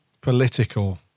political